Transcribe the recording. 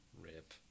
Rip